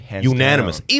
unanimous